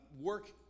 work